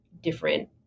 different